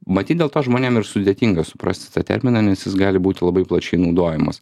matyt dėl to žmonėm ir sudėtinga suprasti tą terminą nes jis gali būt labai plačiai naudojamas